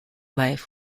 life